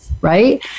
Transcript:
right